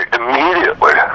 immediately